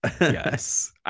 Yes